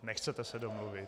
Nechcete se domluvit?